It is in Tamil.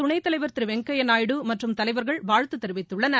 துணைத் தலைவர் திருவெங்கையாநாயுடு மற்றும் தலைவர்கள் வாழ்த்துதெரிவித்துள்ளார்கள்